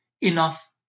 enough